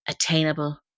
attainable